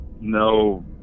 no